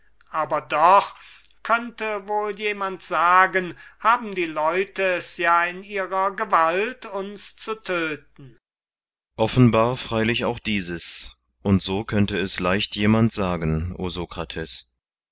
aber doch könnte wohl jemand sagen haben die leute es ja in ihrer gewalt uns zu töten kriton offenbar freilich auch dieses und so könnte es leicht jemand sagen